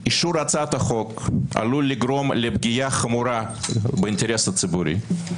אישור הצעת החוק עלול לגרום לפגיעה חמורה באינטרס הציבורי.